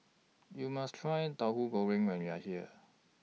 YOU must Try Tahu Goreng when YOU Are here